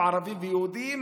וערבים, ערבים ויהודים,